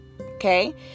okay